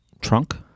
trunk